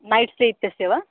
night stay इत्यस्य वा